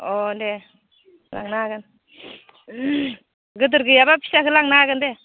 अ दे लांनो हागोन गोदोर गैयाब्ला फिसाखो लांनो हागोन दे